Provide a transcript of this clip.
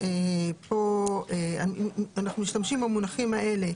אנחנו משתמשים במונחים האלה